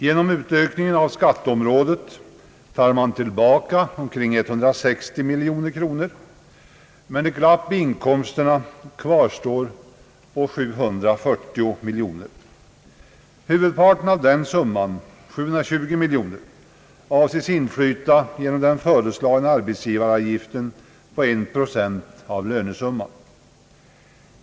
Genom utökningen av skatteområdet tar man tillbaka omkring 160 miljoner kronor, men ett glapp i inkomsterna på 740 miljoner kronor kvarstår. Huvudparten av denna summa, 720 miljoner kronor, avses inflyta genom den föreslagna arbetsgivaravgiften på en procent av lönesumman.